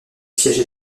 siège